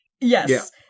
Yes